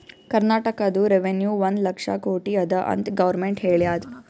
ಕರ್ನಾಟಕದು ರೆವೆನ್ಯೂ ಒಂದ್ ಲಕ್ಷ ಕೋಟಿ ಅದ ಅಂತ್ ಗೊರ್ಮೆಂಟ್ ಹೇಳ್ಯಾದ್